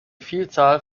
vielzahl